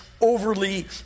overly